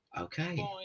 Okay